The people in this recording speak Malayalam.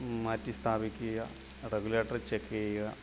മാറ്റി സ്ഥാപിക്കുക റെഗുലേറ്റർ ചെക്ക് ചെയ്യുക